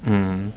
mm